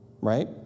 right